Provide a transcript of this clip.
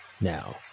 Now